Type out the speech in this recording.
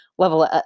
level